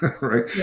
right